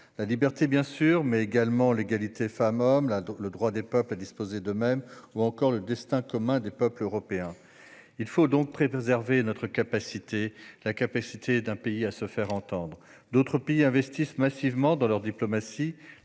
la liberté, bien sûr, mais également l'égalité femmes-hommes, le droit des peuples à disposer d'eux-mêmes ou encore le destin commun des peuples européens. Il faut préserver la capacité de notre pays à se faire entendre. D'autres pays investissent massivement dans leur diplomatie